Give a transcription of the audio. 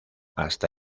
hasta